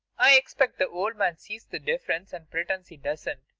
i expect the old man sees the differ ence and pretends he doesn't.